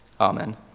Amen